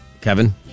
Kevin